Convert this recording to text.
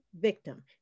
victim